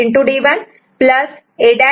D1 A'BC'